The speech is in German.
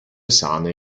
sahne